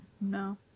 No